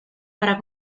para